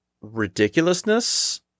ridiculousness